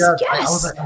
yes